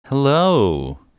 Hello